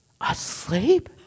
asleep